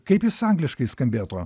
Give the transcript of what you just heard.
kaip jis angliškai skambėtų